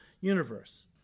universe